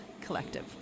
collective